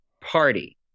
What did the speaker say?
party